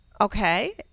Okay